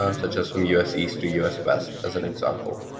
um such as from us east to us west as an example,